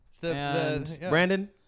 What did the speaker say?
Brandon